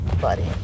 buddy